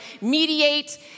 mediate